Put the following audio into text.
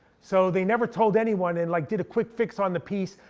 so they never told anyone, and like did a quick fix on the piece,